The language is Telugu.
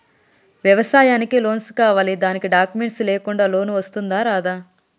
వ్యవసాయానికి లోన్స్ కావాలి దానికి డాక్యుమెంట్స్ లేకుండా లోన్ వస్తుందా రాదా?